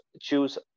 choose